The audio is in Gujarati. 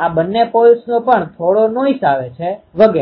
આ બંને પોલ્સનો પણ થોડો નોઈસ આવે છે વગેરે